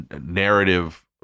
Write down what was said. narrative